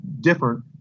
different